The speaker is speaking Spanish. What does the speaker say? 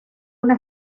una